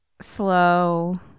slow